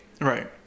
Right